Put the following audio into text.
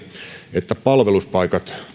että palveluspaikat